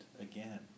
again